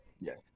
Yes